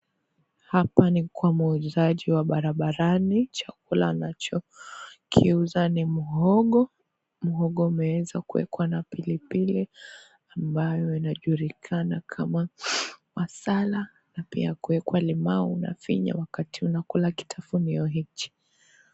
Hapa ni kwa muuzaji wa barabarani, chakula anachokiuza ni muhogo, muhogo umeeza kuwekwa na pilipili ambayo inajulikana kama masala na pia kuweka limau unafinya wakati unakula kitafunio hiki.